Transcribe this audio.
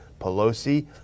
pelosi